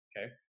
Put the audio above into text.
okay